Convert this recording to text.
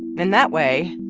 in that way,